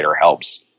helps